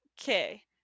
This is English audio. okay